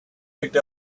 picked